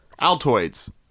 Altoids